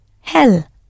hell